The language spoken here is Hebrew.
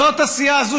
זאת הסיעה הזו,